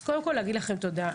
אז קודם כול להגיד לכם תודה.